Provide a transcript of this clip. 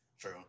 true